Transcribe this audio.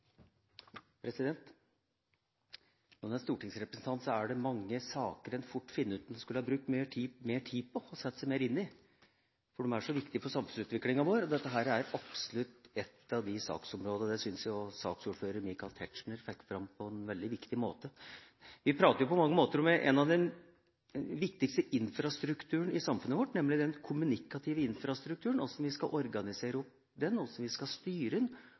Når en er stortingsrepresentant, er det mange saker en fort finner ut at en skulle ha brukt mer tid på og satt seg mer inn i, for de er så viktige for samfunnsutviklinga vår. Dette er absolutt et av de saksområdene, og det syns jeg også saksordfører Michael Tetzschner fikk fram på en veldig god måte. Vi snakker jo på mange måter om en av de viktigste infrastrukturene i samfunnet vårt, nemlig den kommunikative infrastrukturen – hvordan vi skal organisere den, hvordan vi skal styre den